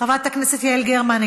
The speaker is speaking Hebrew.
חברת הכנסת יעל גרמן,